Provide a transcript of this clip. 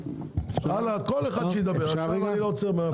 שכל אחד ידבר, אני לא עוצר עכשיו.